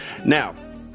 Now